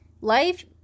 life